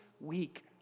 week